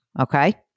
Okay